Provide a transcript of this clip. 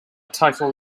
title